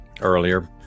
earlier